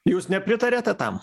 jūs nepritariate tam